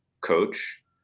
coach